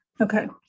Okay